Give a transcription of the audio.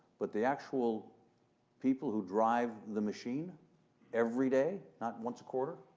but the actual people who drive the machine every day, not once a quarter,